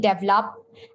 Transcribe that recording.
develop